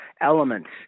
elements